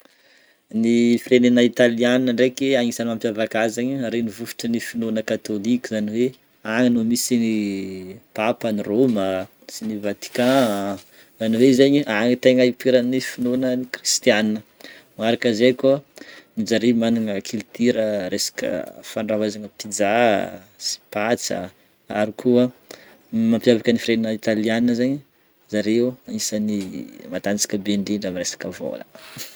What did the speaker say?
Ny firenena Italianina ndreky agnisan'ny mampiavaka azy zegny renivohitry ny finoana katôlika zany hoe agny no misy ny papan'ny Raoma sy ny Vatican zany hoe zegny agny tegna ipoiran'ny finoanan'ny kristianina. Magnaraka zay koa, jare magnana culture resaka fandrahoazana pizza sy patsa ary koa mampiavaka ny firenena Italianina zegny zareo agnisan'ny matanjaka be indrindra amin'ny resaka vôla.